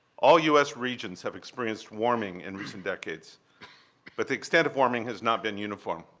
all u s. regions have experienced warming in recent decades but the extent of warming has not been uniform.